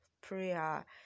prayer